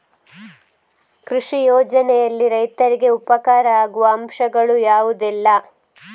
ಕೃಷಿ ಯೋಜನೆಯಲ್ಲಿ ರೈತರಿಗೆ ಉಪಕಾರ ಆಗುವ ಅಂಶಗಳು ಯಾವುದೆಲ್ಲ?